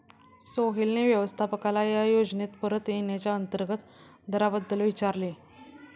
सोहेलने व्यवस्थापकाला या योजनेत परत येण्याच्या अंतर्गत दराबद्दल विचारले